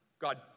God